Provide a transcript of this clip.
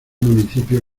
municipio